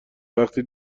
وقتی